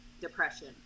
Depression